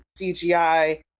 CGI